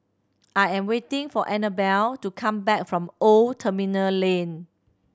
I am waiting for Anabel to come back from Old Terminal Lane